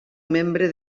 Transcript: membre